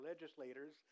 legislators